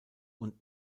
und